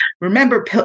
Remember